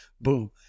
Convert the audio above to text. boom